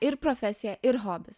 ir profesija ir hobis